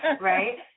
Right